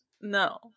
No